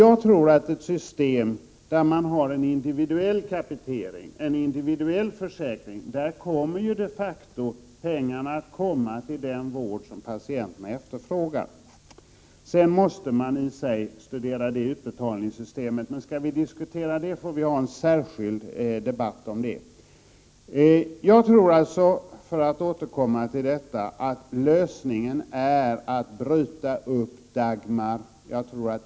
Jag tror att i ett system med individuell kapitering, en individuell försäkring, kommer pengarna att gå till den vård som patienterna efterfrågar. Man måste också studera hur det utbetalningssystemet skall se ut, men vi får ha en särskild debatt i den frågan. Lösningen är alltså att bryta upp Dagmarsystemet.